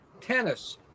tennis